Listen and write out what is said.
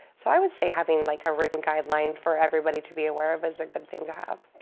so i would say having like a written guideline for everybody to be aware of is a good thing to have.